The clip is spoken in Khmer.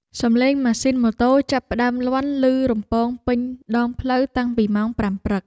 សំឡេងម៉ាស៊ីនម៉ូតូចាប់ផ្ដើមលាន់ឮរំពងពេញដងផ្លូវតាំងពីម៉ោង ៥ ព្រឹក។